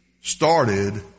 started